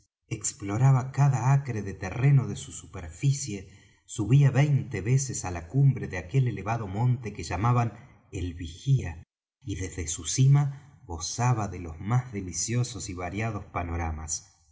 exploraba cada acre de terreno de su superficie subía veinte veces á la cumbre de aquel elevado monte que llamaban el vigía y desde su cima gozaba de los más deliciosos y variados panoramas